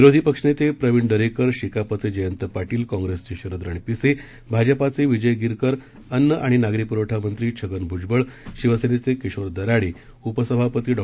विरोधी पक्षनेते प्रवीण दरेकर शेकापचे जयंत पाटील काँप्रेसचे शरद रणपिसे भाजपाचे विजय गिरकर अन्न आणि नागरी प्रवठा मंत्री छगन भूजबळ शिवसेनेचे किशोर दराडे उपसभापती डॉ